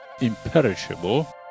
imperishable